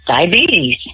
diabetes